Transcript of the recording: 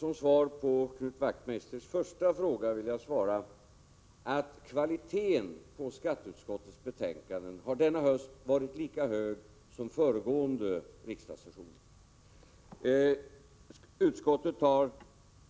Herr talman! På Knut Wachtmeisters första fråga vill jag svara att kvaliteten på skatteutskottets betänkanden denna höst har varit lika hög som under föregående riksdagssessioner. Utskottet har